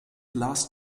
last